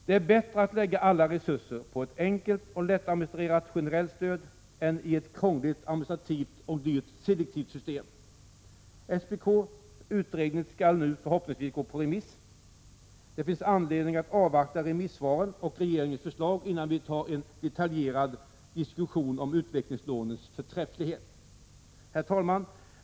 Det är bättre att lägga alla resurser på ett enkelt och lättadministrerat generellt stöd än att lägga dem i ett krångligt och administrativt dyrt, selektivt system. SPK:s utredning skall nu gå på remiss. Det finns anledning att avvakta remissvaren och regeringens förslag innan vi för en detaljdiskussion om utvecklingslånets förträfflighet. Herr talman!